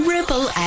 Ripple